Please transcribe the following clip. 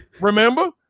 remember